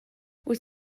wyt